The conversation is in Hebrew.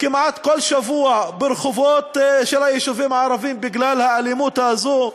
כמעט כל שבוע ברחובות היישובים הערביים בגלל האלימות הזו?